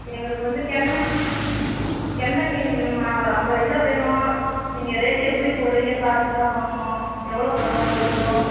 எங்களுக்கு வந்து கெண்டை கெண்டை மீன் வேணும்மா ஒரு ஐம்பது கிலோ வேணும் நீங்கள் ரேட் எப்படி போடுறீங்கன்னு பார்த்துட்டு தான் வாங்கணும் எவ்வளோ வரும் ஒரு கிலோ